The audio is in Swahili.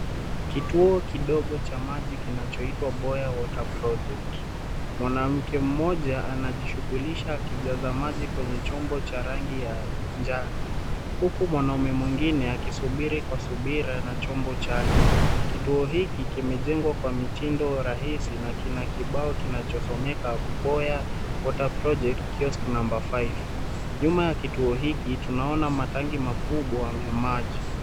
Kituo kidogo cha maji kinachoitwa, "Boya Water Project". Mwanamke mmoja anajishughulisha akijaza maji kwenye chombo cha rangi ya njano, huku mwanamume mwingine akisubiri kwa subira na chombo chake. Kituo hiki kimejengwa kwa mitindo rahisi na kina kibao kinachosomeka, "Boya Water Project, Kiosk Number 5". Nyuma ya kituo hiki tunaona matangi makubwa vya maji.